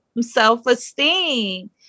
self-esteem